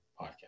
Podcast